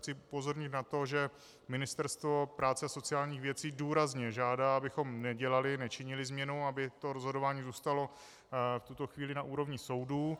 Chci upozornit na to, že Ministerstvo práce a sociálních věcí důrazně žádá, abychom nečinili změnu, aby rozhodování zůstalo v tuto chvíli na úrovni soudů.